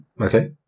okay